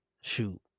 Shoot